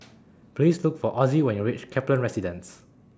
Please Look For Ozzie when YOU REACH Kaplan Residence